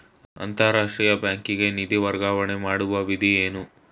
ಅಂತಾರಾಷ್ಟ್ರೀಯ ಬ್ಯಾಂಕಿಗೆ ನಿಧಿ ವರ್ಗಾವಣೆ ಮಾಡುವ ವಿಧಿ ಏನು?